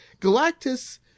Galactus